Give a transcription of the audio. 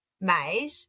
made